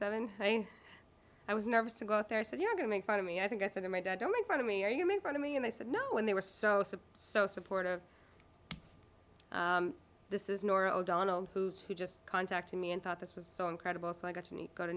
seven i was nervous to go out there so you're going to make fun of me i think i said to my dad don't make fun of me or you make fun of me and they said no when they were so so supportive this is norah o'donnell who's who just contacted me and thought this was so incredible so i got to